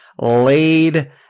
laid